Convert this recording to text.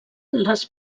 les